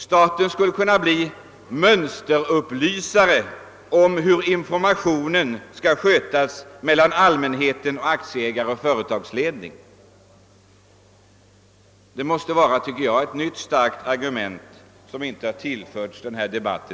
Staten skulle kunna bli mönsterupplysare och demonstrera hur informationen mellan allmänhet, aktieägare och företagsledning skall skötas. Detta måste, tycker jag, vara ett nytt starkt argument; det har inte tidigare tillförts denna debatt.